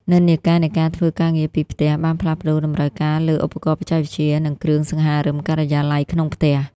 និន្នាការនៃការធ្វើការងារពីផ្ទះ បានផ្លាស់ប្តូរតម្រូវការលើឧបករណ៍បច្ចេកវិទ្យា និងគ្រឿងសង្ហារឹមការិយាល័យក្នុងផ្ទះ។